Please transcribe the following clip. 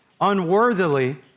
unworthily